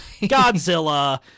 Godzilla